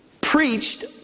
Preached